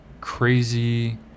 crazy